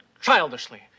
childishly